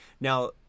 Now